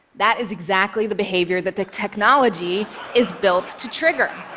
that is exactly the behavior that the technology is built to trigger.